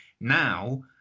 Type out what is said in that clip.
Now